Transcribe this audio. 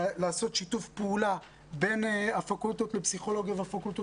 לעשות שיתוף פעולה בין הפקולטות לפסיכולוגיה והפקולטות